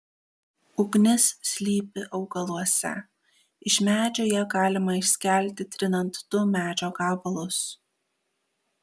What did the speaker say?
ugnis slypi augaluose iš medžio ją galima išskelti trinant du medžio gabalus